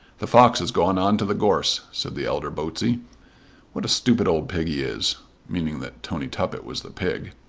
the fox has gone on to the gorse, said the elder botsey what a stupid old pig he is meaning that tony tuppett was the pig.